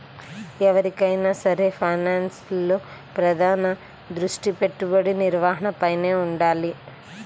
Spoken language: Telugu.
ఎవరికైనా సరే ఫైనాన్స్లో ప్రధాన దృష్టి పెట్టుబడి నిర్వహణపైనే వుండాలి